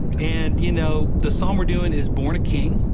and you know the song we're doing is born a king.